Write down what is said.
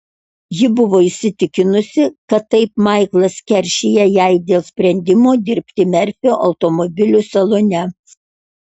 ji buvo įsitikinusi kad taip maiklas keršija jai dėl sprendimo dirbti merfio automobilių salone